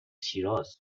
شیراز